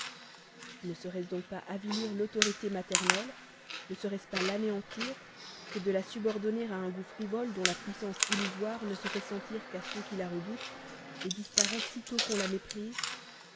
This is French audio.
ne serait-ce donc pas avilir l'autorité maternelle ne serait-ce pas l'anéantir que de la subordonner à un goût frivole enfant du caprice père du délire dont la puissance illusoire ne se fait sentir qu'à ceux qui la redoutent disparaît sitôt qu'on la méprise